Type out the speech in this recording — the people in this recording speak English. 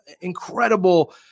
incredible